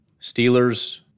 Steelers